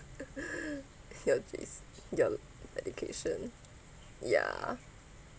your J_C your education yeah